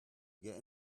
get